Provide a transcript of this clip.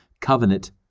covenant